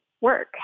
work